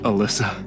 Alyssa